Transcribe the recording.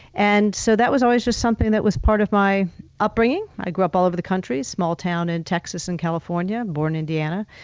and so that was always just something that was part of my upbringing. i grew up all over the country, small town in texas and california, and born in indiana,